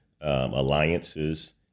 alliances